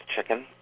chicken